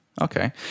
Okay